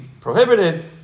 prohibited